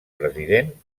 president